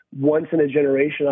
once-in-a-generation